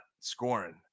scoring